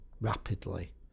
rapidly